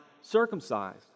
circumcised